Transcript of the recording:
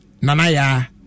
nanaya